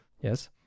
Yes